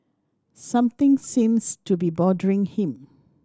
something seems to be bothering him